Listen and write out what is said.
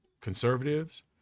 conservatives